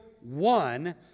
one